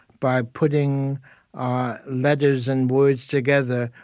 by putting ah letters and words together.